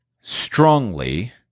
strongly